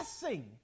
blessing